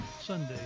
Sunday